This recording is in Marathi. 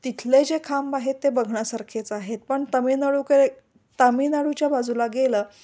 तिथले जे खांब आहेत ते बघण्यासारखेच आहेत पण तमिळनाडूक तामिळनाडूच्या बाजूला गेलं